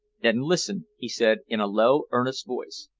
then listen, he said in a low, earnest voice.